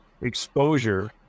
exposure